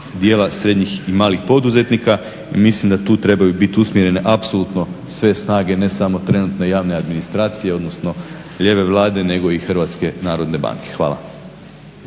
djela srednjih i malih poduzetnika. I mislim da tu trebaju biti usmjerene apsolutno sve snage, ne samo trenutno javne administracije, odnosno lijeve Vlade, nego i HNB. Hvala.